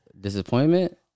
disappointment